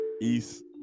East